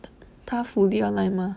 他 fully online 吗